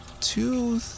two